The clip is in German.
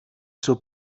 zur